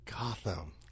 Gotham